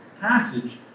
passage